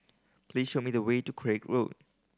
please show me the way to Craig Road